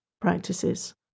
practices